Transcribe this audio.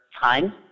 time